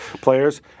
players